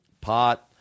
Pot